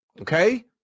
Okay